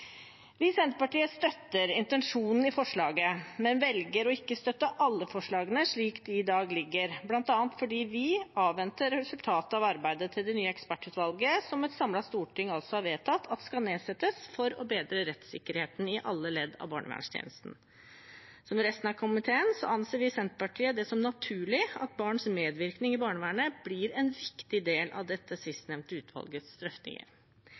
Vi i Senterpartiet støtter intensjonen i forslaget, men velger å ikke støtte alle forslagene slik de i dag ligger, bl.a. fordi vi avventer resultatet av arbeidet til det nye ekspertutvalget som et samlet storting har vedtatt at skal nedsettes for å bedre rettssikkerheten i alle ledd av barnevernstjenesten. Som resten av komiteen anser vi i Senterpartiet det som naturlig at barns medvirkning i barnevernet blir en viktig del av dette sistnevnte utvalgets drøftinger.